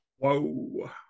Whoa